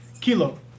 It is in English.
Kilo